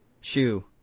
Shoe